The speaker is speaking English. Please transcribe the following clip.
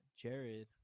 jared